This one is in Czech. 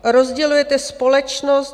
Rozdělujete společnost.